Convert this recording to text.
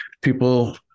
people